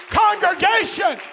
congregation